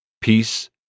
peace